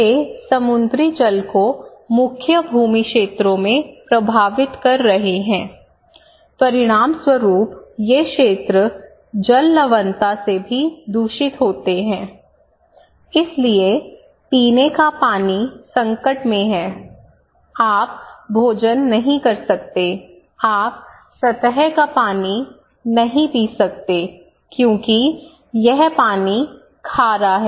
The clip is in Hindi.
वे समुद्री जल को मुख्य भूमि क्षेत्रों में प्रवाहित कर रहे हैं परिणामस्वरूप ये क्षेत्र जल लवणता से भी दूषित होते हैं इसलिए पीने का पानी संकट में है आप भोजन नहीं कर सकतेआप सतह का पानी नहीं पी सकते क्योंकि यह पानी खारा है